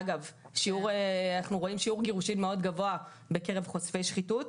אגב אנחנו רואים שיעור גירושים גדול מאוד בקרב חושפי שחיתות.